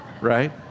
Right